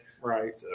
Right